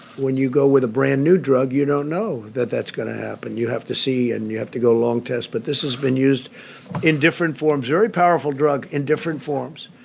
when you go with a brand new drug, you don't know that that's going to happen. you have to see, and you have to go long test. but this has been used in different forms very powerful drug in different forms.